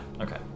Okay